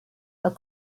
are